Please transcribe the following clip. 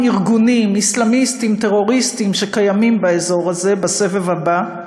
ארגונים אסלאמיסטיים טרוריסטיים שקיימים באזור הזה בסבב הבא: